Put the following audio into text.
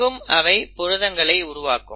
அங்கும் அவை புரதங்களை உருவாக்கும்